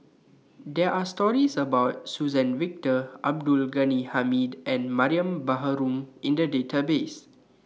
There Are stories about Suzann Victor Abdul Ghani Hamid and Mariam Baharom in The Database